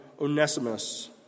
Onesimus